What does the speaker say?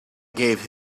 gave